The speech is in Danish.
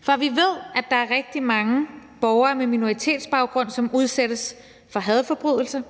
For vi ved, at der er rigtig mange borgere med minoritetsbaggrund, som udsættes for hadforbrydelser.